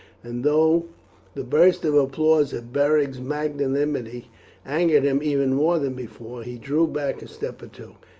and though the burst of applause at beric's magnanimity angered him even more than before, he drew back a step or two.